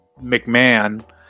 McMahon